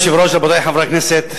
אדוני היושב-ראש, רבותי חברי הכנסת,